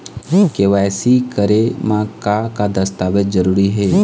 KYC करे म का का दस्तावेज जरूरी हे?